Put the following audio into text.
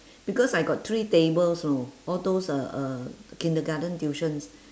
because I got three tables know all those uh uh the kindergarten tuition